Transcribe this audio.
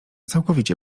całkowicie